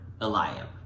Eliab